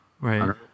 Right